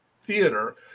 theater